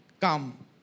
come